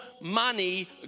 money